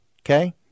Okay